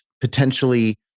potentially